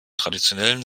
traditionellen